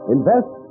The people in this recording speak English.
Invest